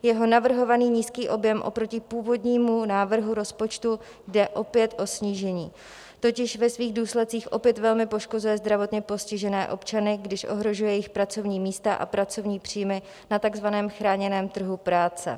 Jeho navrhovaný nízký objem oproti původnímu návrhu rozpočtu jde opět o snížení totiž ve svých důsledcích opět velmi poškozuje zdravotně postižené občany, když ohrožuje jejich pracovní místa a pracovní příjmy na takzvaném chráněném trhu práce.